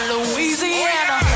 Louisiana